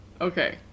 Okay